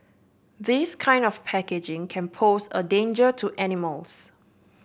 this kind of packaging can pose a danger to animals